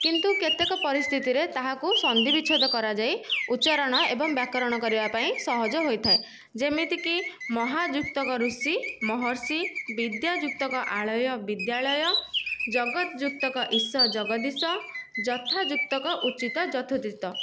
କିନ୍ତୁ କେତକ ପରିସ୍ଥିତିରେ ତାହାକୁ ସନ୍ଧି ବିଚ୍ଛେଦ କରାଯାଇ ଉଚ୍ଚାରଣ ଏବଂ ବ୍ୟାକରଣ କରିବା ପାଇଁ ସହଜ ହୋଇଥାଏ ଯେମିତିକି ମହା ଯୁକ୍ତକ ଋଷି ମହର୍ଷି ବିଦ୍ୟା ଯୁକ୍ତକ ଆଳୟ ବିଦ୍ୟାଳୟ ଜଗତ ଯୁକ୍ତକ ଇସ ଜଗଦୀଶ ଯଥା ଯୁକ୍ତକ ଉଚିତ ଯଥୋଚିତ